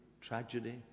tragedy